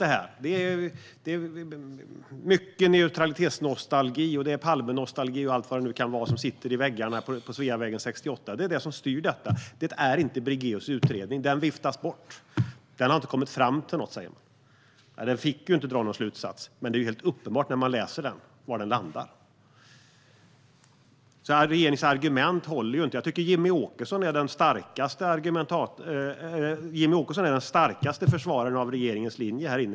Det är mycket neutralitetsnostalgi, Palmenostalgi och allt vad det nu kan vara som sitter i väggarna på Sveavägen 68. Det är det som styr detta; det är inte Bringéus utredning. Utredningen viftas bort. Man säger att den inte har kommit fram till något, men den fick inte dra någon slutsats. Men det är helt uppenbart var den landar. Därför håller inte regeringens argument. Jag tycker att Jimmie Åkesson är den starkaste försvararen av regeringens linje här inne.